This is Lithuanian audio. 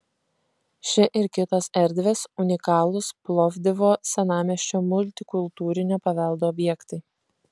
ši ir kitos erdvės unikalūs plovdivo senamiesčio multikultūrinio paveldo objektai